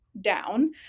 down